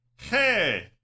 Hey